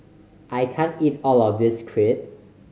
I can't eat all of this Crepe